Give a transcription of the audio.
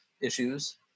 issues